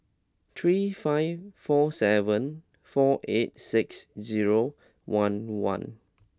three five four seven four eight six zero one one